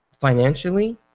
financially